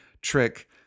trick